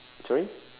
sorry